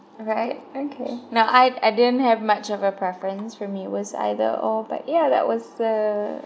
alright okay now I I didn't have much of a preference for me it was either or but ya like that was uh